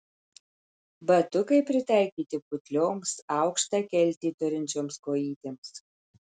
batukai pritaikyti putlioms aukštą keltį turinčioms kojytėms